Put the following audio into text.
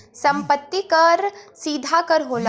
सम्पति कर सीधा कर होला